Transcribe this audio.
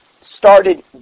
started